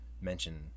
mention